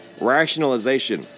Rationalization